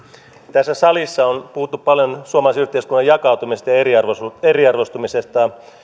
tässä salissa on puhuttu paljon suomalaisen yhteiskunnan jakautumisesta ja eriarvoistumisesta